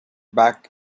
back